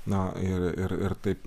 na ir ir taip